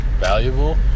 valuable